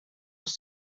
els